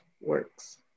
works